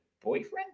boyfriend